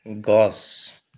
গছ